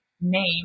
name